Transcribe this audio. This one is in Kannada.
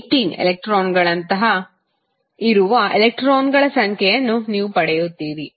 241018 ಎಲೆಕ್ಟ್ರಾನ್ಗಳಂತೆ ಇರುವ ಎಲೆಕ್ಟ್ರಾನ್ಗಳ ಸಂಖ್ಯೆಯನ್ನು ನೀವು ಪಡೆಯುತ್ತೀರಿ